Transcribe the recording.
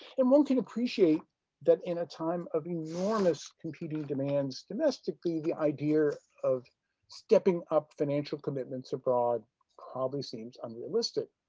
and one can appreciate that in a time of enormous competing demands, domestically, the idea of stepping up financial commitments abroad probably seems unrealistic.